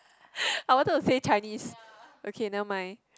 I wanted to say Chinese okay never mind